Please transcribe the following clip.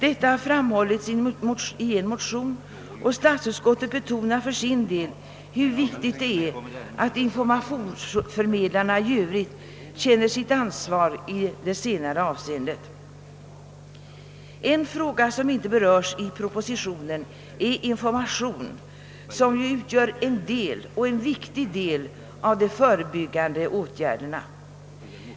Detta har framhållits i en motion, och statsutskottet betonar för sin del hur viktigt det är att informationsförmedlarna i övrigt känner sitt ansvar i det senare avseendet. En fråga som inte berörs i propositionen är informationen, som utgör en viktig del av de förebyggande åtgärderna.